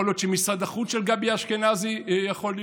יכול להיות משרד החוץ של גבי אשכנזי, יכול להיות,